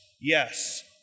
yes